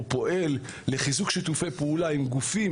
הוא פועל לחיזוק שיתופי פעולה עם גופים